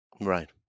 Right